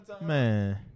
man